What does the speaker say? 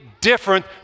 different